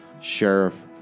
Sheriff